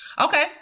okay